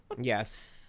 Yes